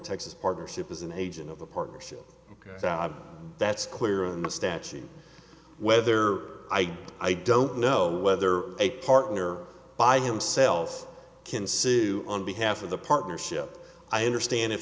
texas partnership is an agent of a partnership that's clear on the statute whether i do i don't know whether a partner by himself can say on behalf of the partnership i understand if